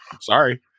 Sorry